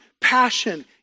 passion